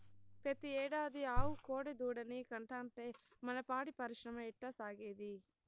పెతీ ఏడాది ఆవు కోడెదూడనే కంటాంటే మన పాడి పరిశ్రమ ఎట్టాసాగేది